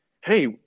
hey